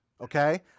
okay